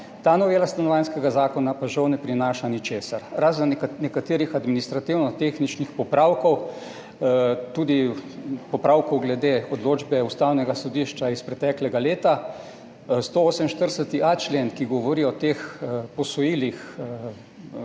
Ta novela stanovanjskega zakona pa žal ne prinaša ničesar, razen nekaterih administrativno-tehničnih popravkov, tudi popravkov glede odločbe Ustavnega sodišča iz preteklega leta. 148.a člen, ki govori o teh posojilih